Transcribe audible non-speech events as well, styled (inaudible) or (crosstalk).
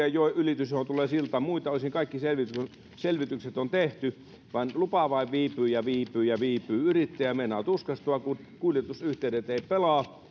kapean joen ylitys johon tulee silta muilta osin kaikki selvitykset on tehty mutta lupa vain viipyy ja viipyy ja viipyy yrittäjä meinaa tuskastua kun kuljetusyhteydet eivät pelaa (unintelligible)